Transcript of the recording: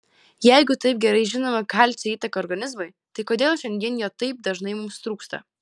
jeigu taip gerai žinome kalcio įtaką organizmui tai kodėl šiandien jo taip dažnai mums trūksta